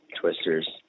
Twisters